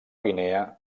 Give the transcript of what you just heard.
guinea